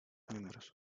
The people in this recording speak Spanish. miembros